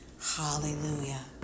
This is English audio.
Hallelujah